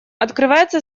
открывается